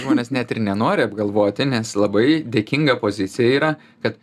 žmonės net ir nenori apgalvoti nes labai dėkinga pozicija yra kad